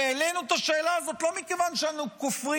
העלינו את השאלה הזאת לא מכיוון שאנו כופרים